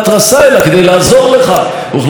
אוכלוסייה שאתם אוהבים לממן,